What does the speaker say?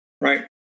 right